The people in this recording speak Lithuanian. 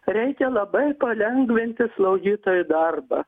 reikia labai palengvinti slaugytojų darbą